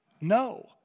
No